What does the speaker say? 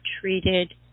treated